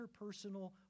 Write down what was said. interpersonal